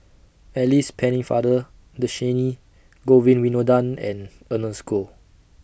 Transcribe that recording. Alice Pennefather Dhershini Govin Winodan and Ernest Goh